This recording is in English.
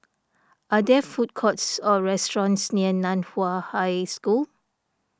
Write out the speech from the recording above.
are there food courts or restaurants near Nan Hua High School